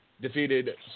defeated